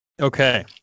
Okay